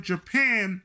Japan